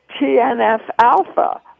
TNF-alpha